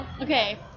Okay